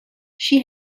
she